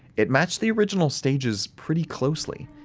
it matched the original stages pretty closely.